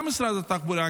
גם משרד התחבורה,